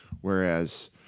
Whereas